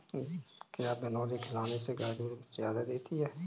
क्या बिनोले खिलाने से गाय दूध ज्यादा देती है?